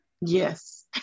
Yes